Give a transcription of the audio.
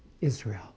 israel